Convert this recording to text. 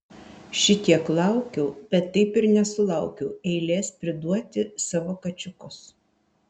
šitiek laukiau bet taip ir nesulaukiau eilės priduoti savo kačiukus